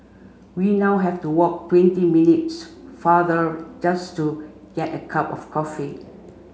we now have to walk twenty minutes farther just to get a cup of coffee